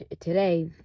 today